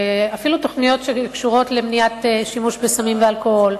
אפילו תוכניות שקשורות למניעת שימוש בסמים ואלכוהול,